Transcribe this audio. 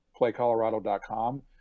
PlayColorado.com